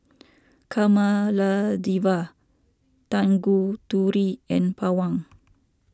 Kamaladevi Tanguturi and Pawan